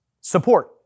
support